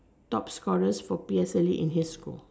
top scorers for P_S_L_E in his score